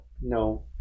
No